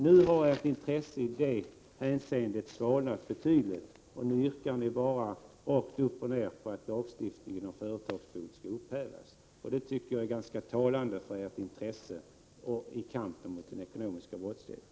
Nu har ni i det hänseendet svalnat betydligt, och ni yrkar bara rakt upp och ner att lagstiftningen om företagsbot skall upphävas. Det tycker jag är ganska talande när det gäller ert intresse för kampen mot den ekonomiska brottsligheten.